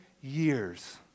years